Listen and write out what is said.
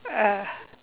uh